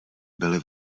byly